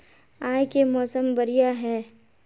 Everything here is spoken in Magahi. आय के मौसम बढ़िया है?